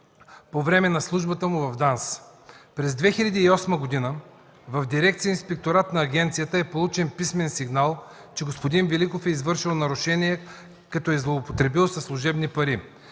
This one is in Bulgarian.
по време на службата му в ДАНС. През 2008 г. в дирекция „Инспекторат“ на Агенцията е получен писмен сигнал, че господин Великов е извършил нарушение, като е злоупотребил със служебни пари.